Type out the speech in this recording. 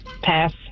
Pass